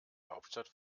hauptstadt